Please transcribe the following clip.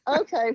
okay